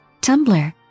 Tumblr